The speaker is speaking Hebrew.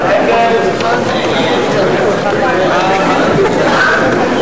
ההסתייגות של קבוצת סיעת קדימה לסעיף